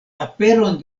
aperon